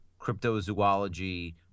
cryptozoology